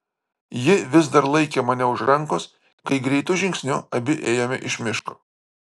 ji vis dar laikė mane už rankos kai greitu žingsniu abi ėjome iš miško